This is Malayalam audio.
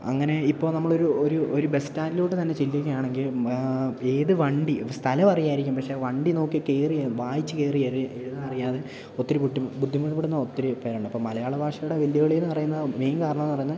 അങ്ങനെ ഇപ്പോള് നമ്മളൊരു ഒരു ബസ് സ്റ്റാൻഡിലോട്ട് തന്നെ ചെല്ലുകയാണെങ്കില് ഏതു വണ്ടി സ്ഥലം അറിയായിരിക്കും പക്ഷേ വണ്ടി നോക്കി കയറി വായിച്ച് കയറിയ ഒരു എഴുതാനറിയാതെ ഒത്തിരി ബുദ്ധിമുടുന്ന ഒത്തിരി പേരുണ്ട് അപ്പോള് മലയാള ഭാഷയുടെ വെല്ലുവിളി എന്നു പറയുന്ന മെയിൻ കാരണം എന്നു പറയുന്ന